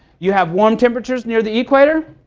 you have warm temperatures near the equator,